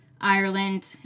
Ireland